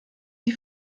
die